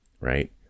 right